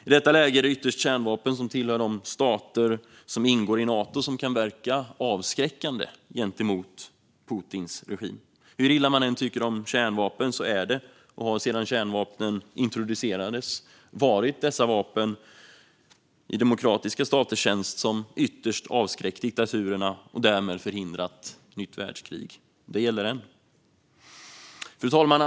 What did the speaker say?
I detta läge är det ytterst de kärnvapen som tillhör de stater som ingår i Nato som kan verka avskräckande gentemot Putins regim. Hur illa man än tycker om kärnvapen har det sedan kärnvapnen introducerades varit dessa vapen i demokratiska staters tjänst som avskräckt diktaturerna och därmed förhindrat ett nytt världskrig, och det gäller än. Fru talman!